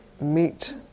meet